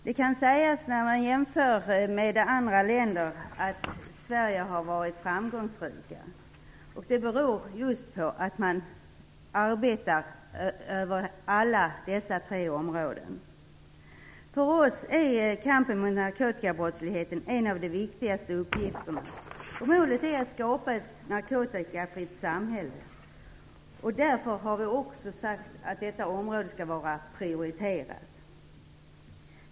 Det kan, när man jämför med andra länder, sägas att vi i Sverige har varit framgångsrika. Det beror just på att vi arbetar över alla dessa tre områden. För oss är kampen mot narkotikabrottsligheten en av de viktigaste uppgifterna. Målet är att skapa ett narkotikafritt samhälle. Därför har vi också sagt att detta område skall vara prioriterat.